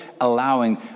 allowing